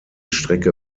strecke